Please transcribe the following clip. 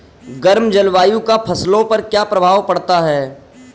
गर्म जलवायु का फसलों पर क्या प्रभाव पड़ता है?